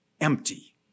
empty